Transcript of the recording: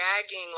gagging